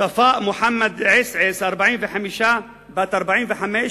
צפאא מוחמד עסעס, בת 45,